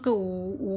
cook the meat